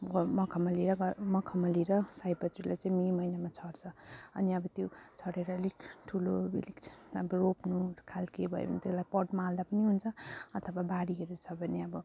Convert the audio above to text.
ग मखमली ग मखमली र सयपत्रीलाई चाहिँ मे महिनामा छर्छ अनि अब त्यो छरेर अलिक ठुलो अब अलिक अब रोप्नु खालके भयो भने त त्यसलाई पटमा हाल्दा पनि हुन्छ अथवा बारीहरू छ भने अब